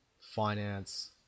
finance